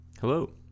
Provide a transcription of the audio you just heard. hello